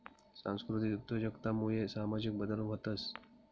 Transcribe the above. सांस्कृतिक उद्योजकता मुये सामाजिक बदल व्हतंस